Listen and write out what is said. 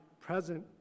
present